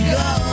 go